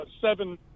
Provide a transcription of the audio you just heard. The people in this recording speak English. seven